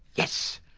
yes,